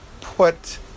put